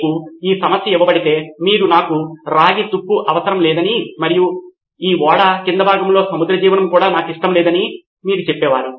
మీకు ఈ సమస్య ఇవ్వబడితే మరియు నాకు రాగి తుప్పు అవసరం లేదని మరియు ఈ ఓడ క్రింద భాగంలో సముద్ర జీవనం నాకు ఇష్టం లేదని మీరు చెప్పేవారు